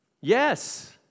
Yes